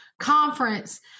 conference